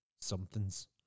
somethings